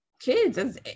kids